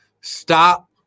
Stop